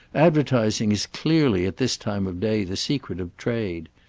advertising is clearly at this time of day the secret of trade.